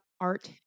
art